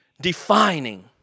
defining